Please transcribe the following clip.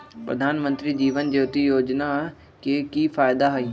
प्रधानमंत्री जीवन ज्योति योजना के की फायदा हई?